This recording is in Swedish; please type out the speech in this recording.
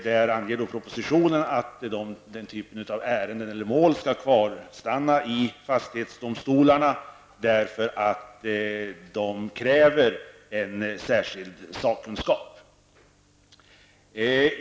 I propositionen anges att den typen av mål skall kvarstanna i fastighetsdomstolarna, eftersom de kräver en särskild sakkunskap.